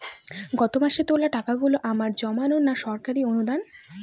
গত মাসের তোলা টাকাগুলো আমার জমানো না সরকারি অনুদান?